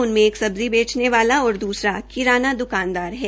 उनमे एक सब्जी बेचने वाला और द्सरा किराना दकानदार है